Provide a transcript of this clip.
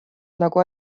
nagu